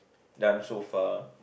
done so far